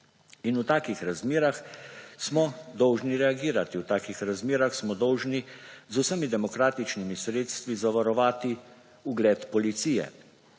In v takih razmerah smo dožni reagirati, v takih razmerah smo dolžni z vsemi demokratičnimi sredstvi zavarovati ugled policije.